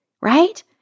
right